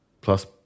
plus